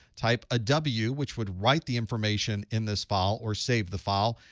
type a w which would write the information in this file or save the file,